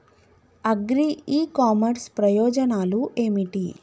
Agri e commerce ప్రయోజనాలు ఏమిటి?